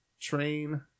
train